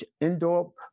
indoor